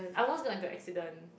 I almost got into accident